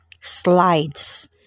slides